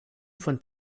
von